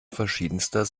verschiedenster